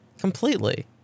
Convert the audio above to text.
Completely